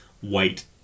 white